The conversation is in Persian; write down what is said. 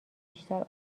بیشتر